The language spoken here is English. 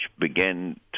began